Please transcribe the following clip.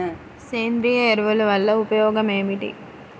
సేంద్రీయ ఎరువుల వల్ల ఉపయోగమేమిటీ?